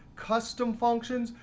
custom functions,